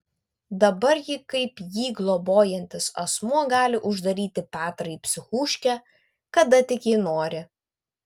dabar ji kaip jį globojantis asmuo gali uždaryti petrą į psichuškę kada tik ji nori